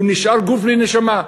הוא נשאר גוף בלי נשמה.